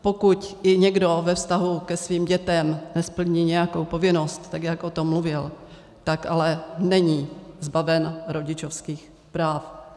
Pokud i někdo ve vztahu ke svým dětem nesplní nějakou povinnost, jak o tom mluvil, tak ale není zbaven rodičovských práv.